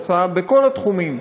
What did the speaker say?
עושה בכל התחומים,